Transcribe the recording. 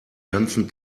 ganzen